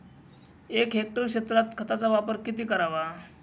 एक हेक्टर क्षेत्रात खताचा वापर किती करावा?